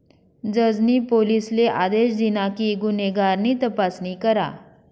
जज नी पोलिसले आदेश दिना कि गुन्हेगार नी तपासणी करा